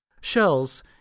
Shells